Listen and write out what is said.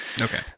Okay